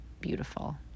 beautiful